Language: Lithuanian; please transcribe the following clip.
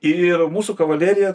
ir mūsų kavalerija